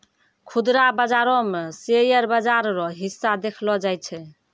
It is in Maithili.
खुदरा बाजारो मे शेयर बाजार रो हिस्सा देखलो जाय छै